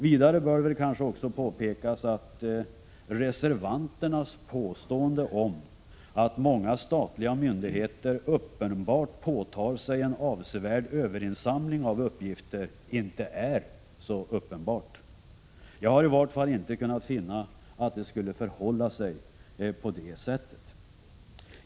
Vidare bör det kanske också påpekas att reservanterna visserligen påstår att många statliga myndigheter uppenbart tar på sig en avsevärd överinsamling av uppgifter, men att detta inte är så uppenbart. Jag har i vart fall inte kunnat finna att det skulle förhålla sig på det sättet.